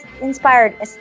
inspired